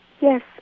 Yes